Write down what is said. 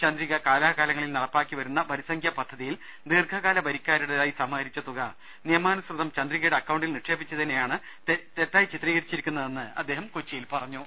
ചന്ദ്രിക കാലകാലങ്ങളിൽ നടപ്പിലാക്കി വരുന്ന വരിസംഖ്യാ പദ്ധതിയിൽ ദീർഘകാല വരിക്കാരുടേതായി സമാഹരിച്ച തുക നിയമാനുസൃതം ചന്ദ്രികയുടെ അക്കൌണ്ടിൽ നിക്ഷേപിച്ചതിനെയാണ് തെറ്റായി ചിത്രീകരിച്ചിരിക്കുന്നതെന്ന് അദ്ദേഹം കൊച്ചിയിൽ പറഞ്ഞു